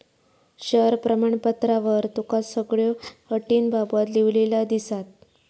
share प्रमाणपत्रावर तुका सगळ्यो अटींबाबत लिव्हलेला दिसात